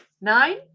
Nine